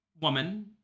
woman